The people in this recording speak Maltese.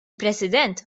president